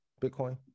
Bitcoin